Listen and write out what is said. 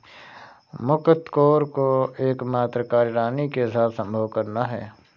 मुकत्कोर का एकमात्र कार्य रानी के साथ संभोग करना है